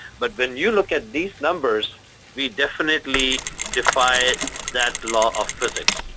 but when you look at these numbers we definitely defy that law of physics.